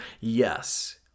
Yes